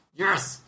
yes